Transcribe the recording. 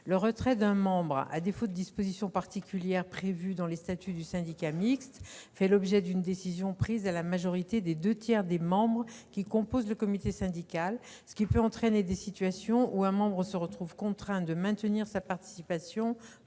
Le retrait d'un membre, à défaut de dispositions particulières prévues dans les statuts du syndicat mixte, fait l'objet d'une décision prise à la majorité des deux tiers des membres qui composent le comité syndical, ce qui peut entraîner des situations où un membre se retrouve contraint de maintenir sa participation